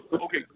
okay